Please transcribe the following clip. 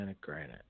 granite